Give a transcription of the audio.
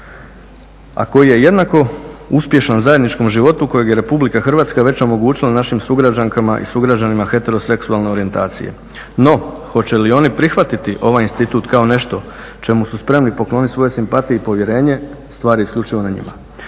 a koji je jednako uspješan u zajedničkom životu kojeg je Republika Hrvatska već omogućila našim sugrađankama i sugrađanima heteroseksualne orijentacije. No, hoće li oni prihvatiti ovaj institut kao nešto čemu su spremni pokloniti svoje simpatije i povjerenje stvar je isključivo na njima.